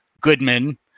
Goodman